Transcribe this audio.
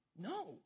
No